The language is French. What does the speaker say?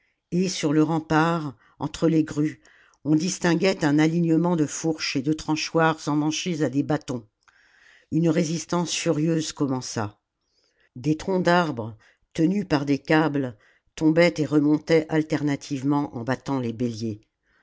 et sur le rempart entre les grues on distinguait un alignement de fourches et de tranchoirs emmanchés à des bâtons une résistance furieuse commença des troncs d'arbres tenus par des câbles tombaient et remontaient alternativement en battant les béliers